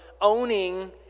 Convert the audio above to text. owning